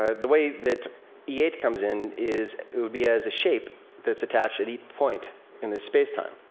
ah the way that e eight comes in is it will be as a shape that's attached at each point in the space-time.